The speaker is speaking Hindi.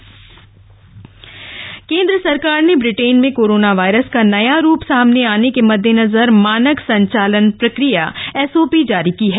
एसओपी केंद्र सरकार ने ब्रिटेन में कोरोना वायरस का नया रूप सामने आने के मद्देनजर मानक संचालन प्रक्रिया एस ओ पी जारी की है